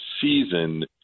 season